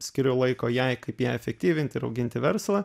skiriu laiko jai kaip ją efektyvinti ir auginti verslą